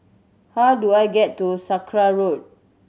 how do I get to Sakra Road